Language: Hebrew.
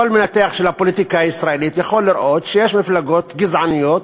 וכל מנתח של הפוליטיקה הישראלית יכול לראות שיש מפלגות גזעניות